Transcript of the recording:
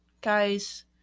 Guys